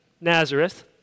Nazareth